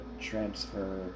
transfer